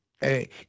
Hey